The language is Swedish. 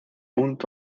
ont